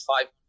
five